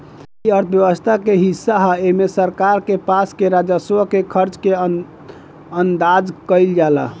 इ अर्थव्यवस्था के हिस्सा ह एमे सरकार के पास के राजस्व के खर्चा के अंदाज कईल जाला